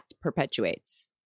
perpetuates